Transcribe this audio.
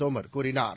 தோமர் கூறினார்